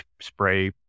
spray